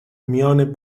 میان